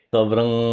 Sobrang